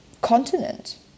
continent